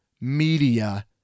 media